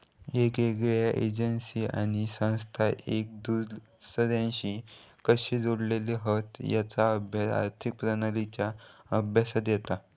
येगयेगळ्या एजेंसी आणि संस्था एक दुसर्याशी कशे जोडलेले हत तेचा अभ्यास आर्थिक प्रणालींच्या अभ्यासात येता